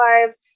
lives